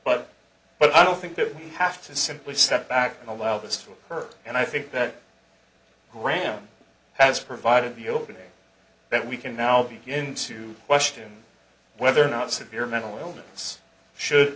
but but i don't think that we have to simply step back and allow this to occur and i think that graham has provided the opening that we can now begin to question whether or not severe mental illness should